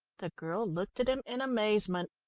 the girl looked at him in amazement.